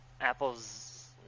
apple's